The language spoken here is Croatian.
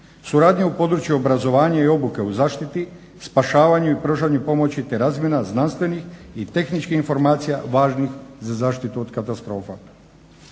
suradnja u području obrazovanja i obuke u zaštiti, spašavanju i pružanju pomoći te razmjena znanstvenih i tehničkih informacija važnih za zaštitu od katastrofa.